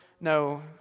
no